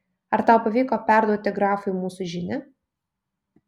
ar tau pavyko perduoti grafui mūsų žinią